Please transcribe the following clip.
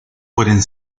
pueden